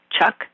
Chuck